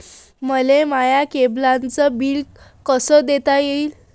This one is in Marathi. मले माया केबलचं बिल कस देता येईन?